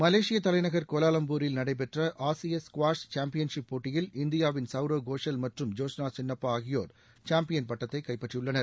மலேசிய தலைநகர் கோலம்பூரில் நடைபெற்ற ஆசிய ஸ்குவாஷ் சும்பியன்ஷிப் போட்டியில் இந்தியாவின் சவுரவ் கோஷால் மற்றும் ஜோஸ்னா சின்னப்பா ஆகியோர் சாம்பியன் பட்டத்தை கைப்பற்றியுள்ளனர்